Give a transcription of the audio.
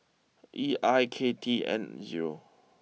E I K T N zero